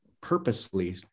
purposely